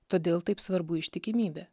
todėl taip svarbu ištikimybė